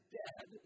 dead